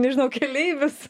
nežinau keleivius